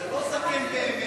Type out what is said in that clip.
זה לא זקן באמת,